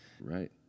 Right